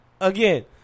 again